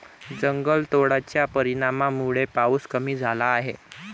जंगलतोडाच्या परिणामामुळे पाऊस कमी झाला आहे